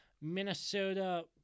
Minnesota